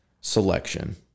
selection